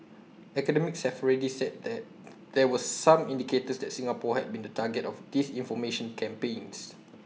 academics have already said that there were some indicators that Singapore had been target of disinformation campaigns